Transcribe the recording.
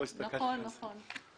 לא ראיתי.